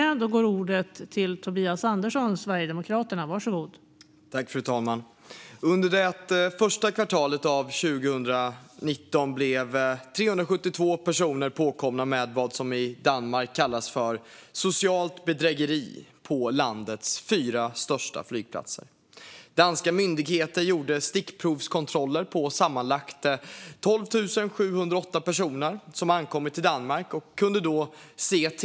Då Pontus Andersson , som framställt interpellationen, anmält att han var förhindrad att närvara vid sammanträdet medgav tredje vice talmannen att Tobias Andersson i stället fick delta i debatten.